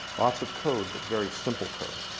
lots of code, but very simple code.